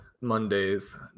monday's